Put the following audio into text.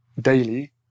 daily